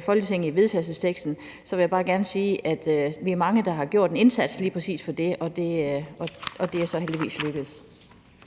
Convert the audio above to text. Folketinget om vedtagelsesteksten, vil jeg bare gerne sige, at vi er mange, der har gjort en indsats lige præcis for det, og det er så heldigvis lykkedes.